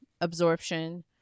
absorption